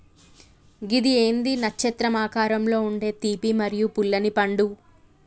గిది ఏంది నచ్చత్రం ఆకారంలో ఉండే తీపి మరియు పుల్లనిపండు